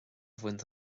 bhaint